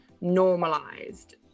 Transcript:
normalized